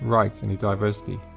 rights and diversity.